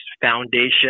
foundation